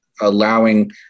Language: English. allowing